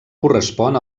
correspon